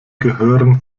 gehören